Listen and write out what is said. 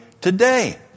today